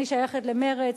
ואני שייכת למרצ.